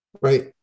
right